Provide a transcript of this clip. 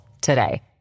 today